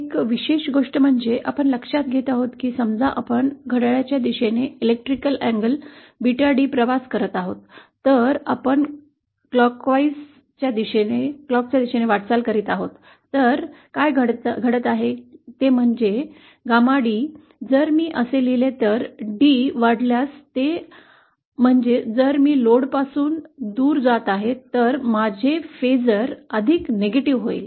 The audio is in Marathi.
एक विशेष गोष्ट म्हणजे आपण लक्षात घेत आहोत की समजा आपण घड्याळाच्या दिशेने इलेक्ट्रिकल आणि 𝜷d प्रवास करत आहोत जर आपण घड्याळाच्या दिशेने वाटचाल करीत आहोत तर काय घडत आहे ते म्हणजे ℾd जर मी असे लिहिले तर d वाढल्यास ते म्हणजे जर मी लोडपासून दूर जात आहे तर माझे फेसर अधिक नकारात्मक होईल